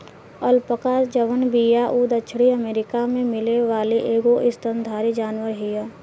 alpaca जवन बिया उ दक्षिणी अमेरिका में मिले वाली एगो स्तनधारी जानवर हिय